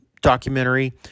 documentary